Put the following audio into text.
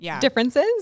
differences